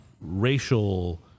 racial